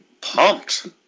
pumped